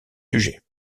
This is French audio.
sujet